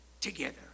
together